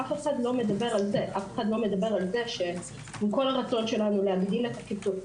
אף אחד לא מדבר על זה שעם כל הרצון שלנו להגדיל את הכיתות,